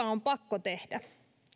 on pakko tehdä